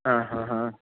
आ हा हा